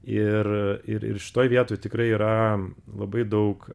ir ir ir šitoj vietoj tikrai yra labai daug